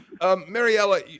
Mariella